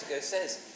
says